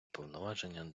повноваження